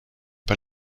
pas